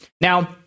Now